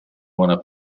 buona